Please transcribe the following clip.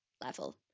level